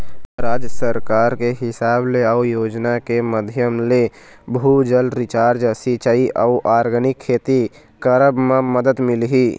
राज सरकार के हिसाब ले अउ योजना के माधियम ले, भू जल रिचार्ज, सिंचाई अउ आर्गेनिक खेती करब म मदद मिलही